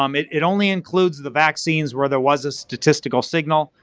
um it it only includes the vaccines where there was a statistical signal,